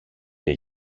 και